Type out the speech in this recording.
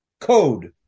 code